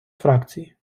фракції